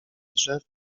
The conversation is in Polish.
drzew